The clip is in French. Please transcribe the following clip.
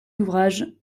ouvrages